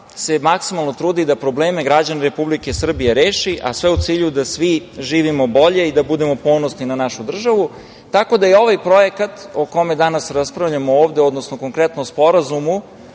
se maksimalno trudi da probleme građana Republike Srbije reši, a sve u cilju da svi živimo bolje i da budemo ponosni na našu državu, tako da je ovaj projekat o kome danas raspravljamo ovde, odnosno konkretno o Sporazumu